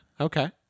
Okay